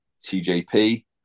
TJP